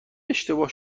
اشتباه